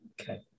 Okay